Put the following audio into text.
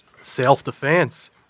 Self-defense